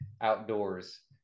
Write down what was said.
outdoors